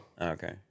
Okay